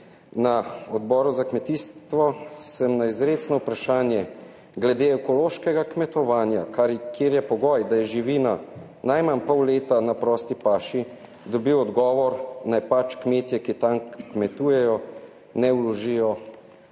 na Odboru za kmetijstvo sem na izrecno vprašanje glede ekološkega kmetovanja, kjer je pogoj, da je živina najmanj pol leta na prosti paši, dobil odgovor, naj pač kmetje, ki tam kmetujejo ne vložijo